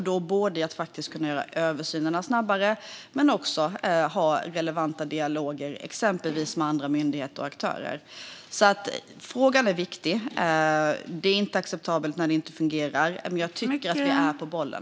Då kan man både göra översynen snabbare och ha relevanta dialoger med exempelvis andra myndigheter och aktörer. Frågan är alltså viktig. Det är inte acceptabelt när det inte fungerar. Men jag tycker att vi är på bollen.